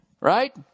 Right